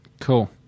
Cool